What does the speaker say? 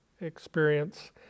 experience